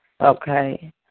Okay